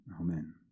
amen